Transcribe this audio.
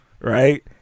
right